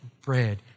bread